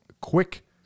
quick